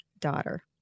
daughter